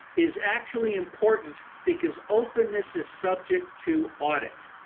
is actually important because openness is subject to audit.